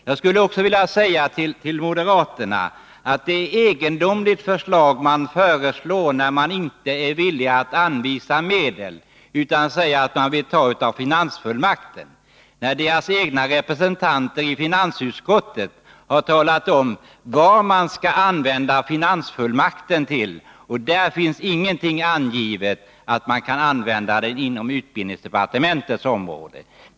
Jag skulle också vilja säga till moderaterna att det är ett egendomligt förslag man presenterar, när man inte är villig att anvisa medel utan hänvisar till finansfullmakten. Moderaternas egna representanteri finansutskottet har talat om vad man skall använda finansfullmakten till, och man anger inte att den kan användas inom utbildningsdepartementets område.